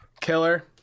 Killer